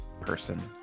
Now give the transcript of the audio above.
person